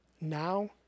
now